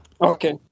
Okay